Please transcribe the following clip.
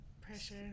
Pressure